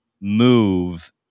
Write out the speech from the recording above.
move